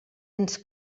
ens